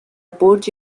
برج